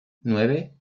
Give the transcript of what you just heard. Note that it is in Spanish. nueve